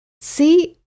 see